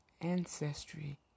ancestry